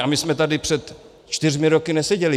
A my jsme tady před čtyřmi roky neseděli.